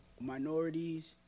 minorities